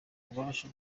ububasha